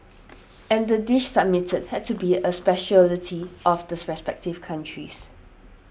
and the dish submitted had to be a speciality of this respective countries